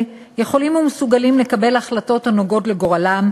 יכולים ומסוגלים לקבל החלטות הנוגעות לגורלם,